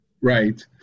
right